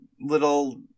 little